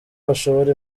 bashora